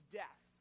death